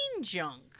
junk